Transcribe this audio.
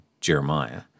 Jeremiah